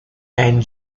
and